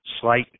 slight